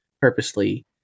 purposely